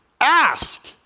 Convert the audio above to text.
ask